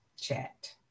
chat